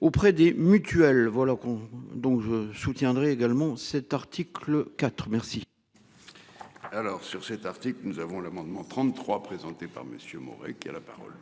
Auprès des mutuelles voilà con donc je soutiendrai également cet article IV merci. Alors sur cet article que nous avons l'amendement 33 présenté par Monsieur Maurer qui a la parole.